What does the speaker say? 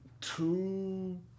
two